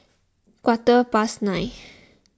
quarter past nine